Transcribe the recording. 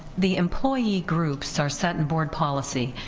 the employee groups are set in board policy,